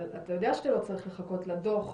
אבל אתה יודע שאתה לא צריך לחכות לדוח.